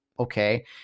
Okay